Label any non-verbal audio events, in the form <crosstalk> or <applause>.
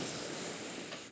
<noise>